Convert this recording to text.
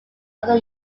other